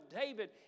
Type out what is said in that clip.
David